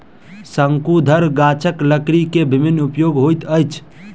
शंकुधर गाछक लकड़ी के विभिन्न उपयोग होइत अछि